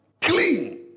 Clean